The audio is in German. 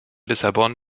lissabon